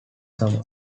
summer